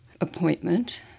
appointment